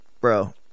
bro